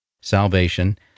salvation